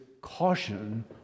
caution